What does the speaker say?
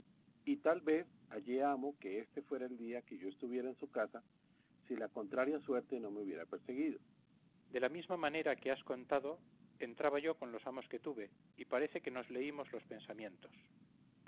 y tal vez hallé amo que éste fuera el día que yo estuviera en su casa si la contraria suerte no me hubiera perseguido cipión de la misma manera que has contado entraba yo con los amos que tuve y parece que nos leímos los pensamientos